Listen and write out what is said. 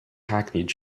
hackneyed